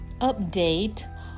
update